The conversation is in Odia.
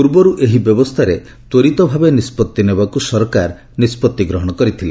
ପୂର୍ବରୁ ଏହି ବ୍ୟବସ୍ଥାରେ ତ୍ୱରିତ ଭାବେ ନିଷ୍ପଭି ନେବାକୁ ସରକାର ନିଷ୍ପଭି ଗ୍ରହଣ କରିଥିଲେ